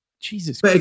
Jesus